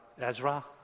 Ezra